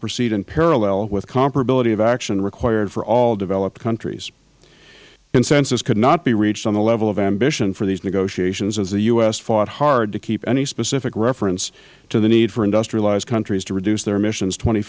proceed in parallel with comparability of action required for all developed countries consensus could not be reached on the level of ambition for these negotiations as the u s fought hard to keep any specific reference to the need for industrialized countries to reduce their emissions twenty